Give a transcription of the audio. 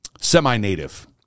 semi-native